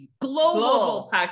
global